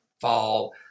fall